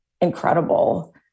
incredible